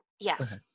yes